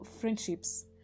friendships